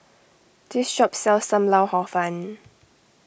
this shop sells Sam Lau Hor Fun